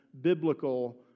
biblical